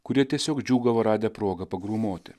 kurie tiesiog džiūgavo radę progą pagrūmoti